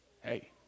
hey